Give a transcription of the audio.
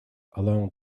along